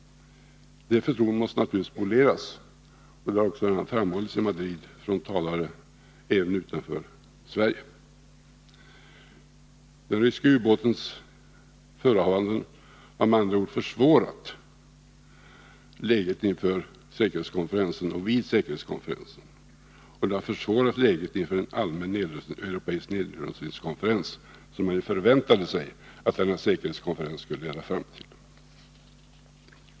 Det förtroendet måste naturligtvis poleras. Det har också framhållits i Madrid även av talare från andra länder än Sverige. Den ryska ubåtens förehavanden har med andra ord försvårat läget inför säkerhetskonferensen, vid säkerhetskonferensen och inför en allmän europeisk nedrustningskonferens, som man förväntade sig att denna säkerhetskonferens skulle leda fram till.